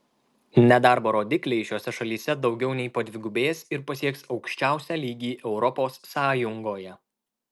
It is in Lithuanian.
nedarbo rodikliai šiose šalyse daugiau nei padvigubės ir pasieks aukščiausią lygį europos sąjungoje